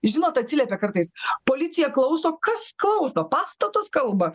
žinot atsiliepia kartais policija klauso kas klauso pastatas kalba